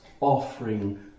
offering